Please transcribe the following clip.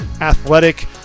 athletic